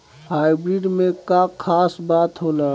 Hybrid में का खास बात होला?